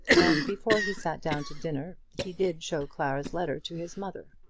and before he sat down to dinner he did show clara's letter to his mother.